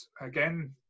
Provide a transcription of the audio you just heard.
again